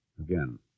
again